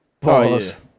Pause